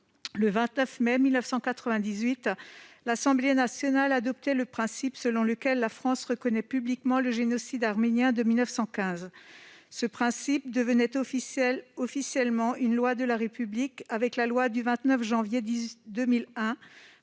Le 29 mai 1998, l'Assemblée nationale adoptait le principe, selon lequel « la France reconnaît publiquement le génocide arménien de 1915 ». Ce principe devenait officiellement une loi de la République avec la loi du 29 janvier 2001